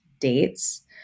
dates